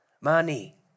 Money